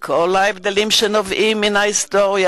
עם כל ההבדלים שנובעים מההיסטוריה,